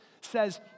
says